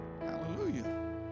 Hallelujah